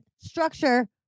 Structure